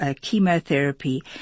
chemotherapy